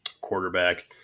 quarterback